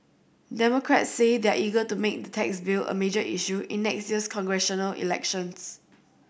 democrats say they're eager to make the tax bill a major issue in next year's congressional elections